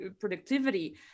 productivity